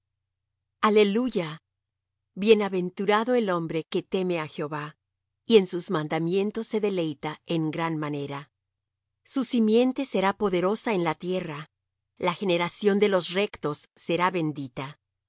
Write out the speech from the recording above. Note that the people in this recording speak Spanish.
aleluya bienaventurado el hombre que teme á jehová y en sus mandamientos se deleita en gran manera su simiente será poderosa en la tierra la generación de los rectos será bendita